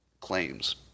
claims